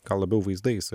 gal labiau vaizdais